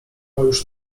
już